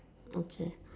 okay